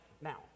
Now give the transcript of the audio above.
now